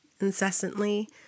incessantly